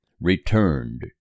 returned